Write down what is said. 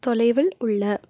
தொலைவில் உள்ள